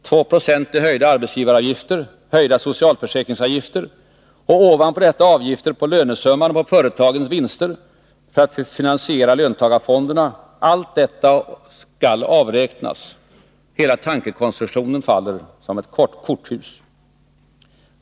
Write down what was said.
2 920 i höjda arbetsgivaravgifter, höjda socialförsäkringsavgifter och ovanpå detta avgifter på lönesumman och på företagens vinster för att finansiera löntagarfonderna, allt detta skall avräknas. Hela tankekonstruktionen faller som ett korthus.